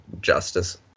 justice